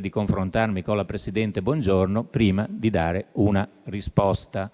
di confrontarmi con la presidente Bongiorno prima di dare una risposta.